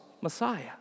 Messiah